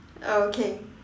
okay